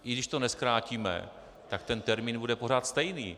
I když to nezkrátíme, tak ten termín bude pořád stejný.